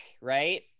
right